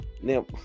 Now